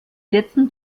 letzten